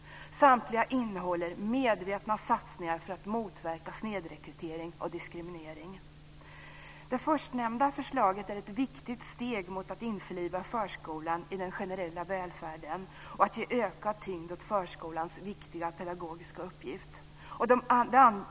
Samtliga innehåller medvetna satsningar för att motverka snedrekrytering och diskriminering. Det förstnämnda förslaget är ett viktigt steg mot att införliva förskolan i den generella välfärden och att ge ökad tyngd åt förskolans viktiga pedagogiska uppgift.